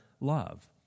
love